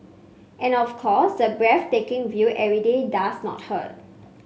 and of course the breathtaking view every day does not hurt